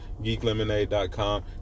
Geeklemonade.com